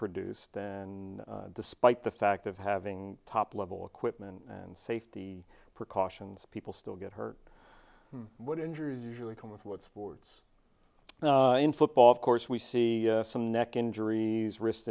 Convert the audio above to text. produced and despite the fact of having top level equipment and safety precautions people still get hurt what injuries usually come with what sports in football of course we see some neck injuries wrist